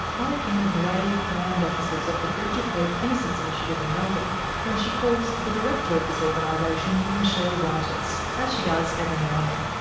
i'm in the grey, crammed offices of the bridge of hope innocence initiative in melbourne when she calls the director of this organisation, michele ruyters. as she does every now and then.